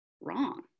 wrong